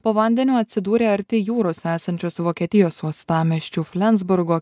po vandeniu atsidūrė arti jūros esančios vokietijos uostamiesčio flensburgo